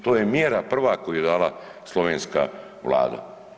To je mjera prva koju je dala slovenska Vlada.